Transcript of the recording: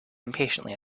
impatiently